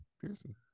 Pearson